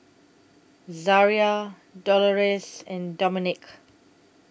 Zaria Dolores and Dominick